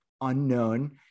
unknown